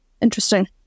Interesting